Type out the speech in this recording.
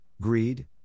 greed